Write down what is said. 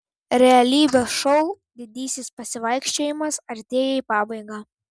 realybės šou didysis pasivaikščiojimas artėja į pabaigą